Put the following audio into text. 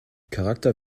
charakter